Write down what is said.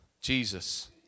Jesus